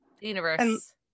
universe